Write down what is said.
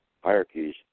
hierarchies